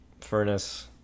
furnace